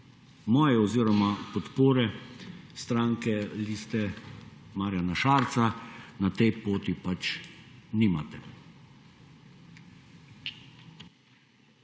moje oziroma podpore stranke Liste Marjana Šarca na tej poti pač nimate.